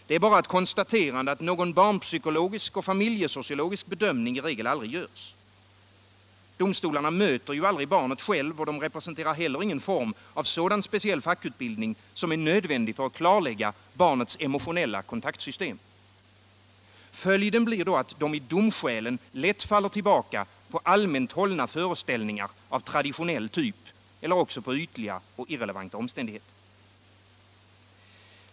Det är bara ett konstaterande att någon barnpsykologisk och familjesociologisk bedömning i regel aldrig görs. Domstolarna möter själva aldrig barnet och de representerar heller ingen form av sådan speciell fackutbildning, som är nödvändig för att klarlägga barnets emotionella kontaktsystem. Följden blir att de i domskälen lätt faller tillbaka på allmänt hållna föreställningar av traditionell typ eller också på ytliga och irrelevanta omständigheter.